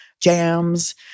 jams